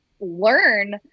learn